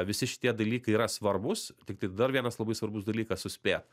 visi šitie dalykai yra svarbūs tiktai dar vienas labai svarbus dalykas suspėt